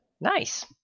nice